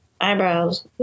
Eyebrows